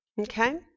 Okay